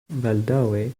baldaŭe